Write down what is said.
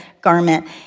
garment